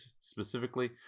specifically